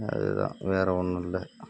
அதே தான் வேறு ஒன்றும் இல்லை